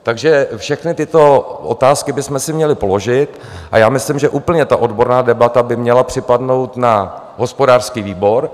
Takže všechny tyto otázky bychom si měli položit a myslím, že úplně odborná debata by měla připadnout na hospodářský výbor.